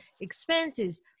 expenses